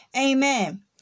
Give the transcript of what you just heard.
Amen